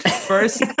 First